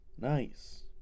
nice